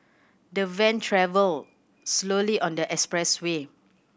the van travelled slowly on the expressway